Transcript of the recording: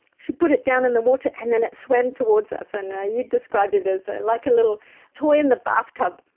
she put it down in the water and then it swam towards us. and you described it as like a little toy in the bath tub.